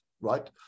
right